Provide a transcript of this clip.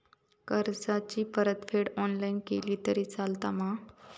कर्जाची परतफेड ऑनलाइन केली तरी चलता मा?